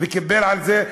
וקיבל על זה.